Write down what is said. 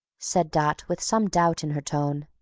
said dot, with some doubt in her tone.